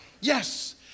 Yes